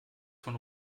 von